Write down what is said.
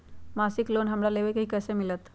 मासिक लोन हमरा लेवे के हई कैसे मिलत?